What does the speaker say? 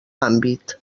àmbit